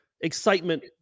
excitement